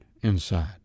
inside